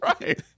Right